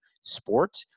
sport